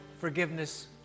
forgiveness